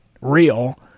real